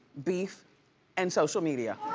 beef and social media.